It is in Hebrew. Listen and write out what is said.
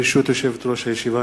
ברשות יושבת-ראש הישיבה,